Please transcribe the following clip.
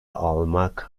almak